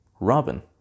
Robin